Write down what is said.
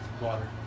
Water